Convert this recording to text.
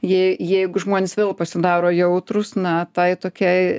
jei jeigu žmonės vėl pasidaro jautrūs na tai tokiai